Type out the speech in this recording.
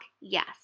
yes